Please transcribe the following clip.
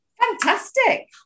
Fantastic